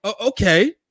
okay